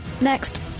Next